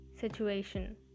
situation